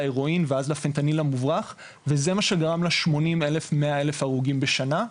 להרואין ואז לפנטניל המוברח וזה מה שגרם ל-80-100 אלף הרוגים בשנה.